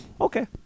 Okay